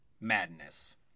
madness